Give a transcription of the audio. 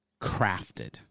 crafted